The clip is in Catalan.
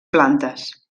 plantes